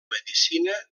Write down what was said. medicina